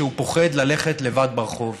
שהוא פוחד ללכת לבד ברחוב.